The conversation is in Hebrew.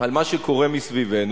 על מה שקורה סביבנו,